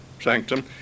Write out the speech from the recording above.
sanctum